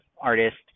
artist